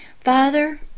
Father